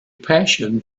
passion